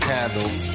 Candles